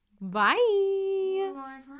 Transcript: Bye